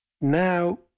now